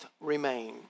remain